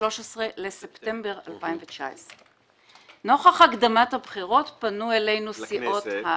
ב-13 בספטמבר 2019. נוכח הקדמת הבחירות פנו אלינו סיעות האם.